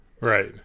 Right